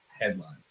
headlines